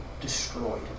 destroyed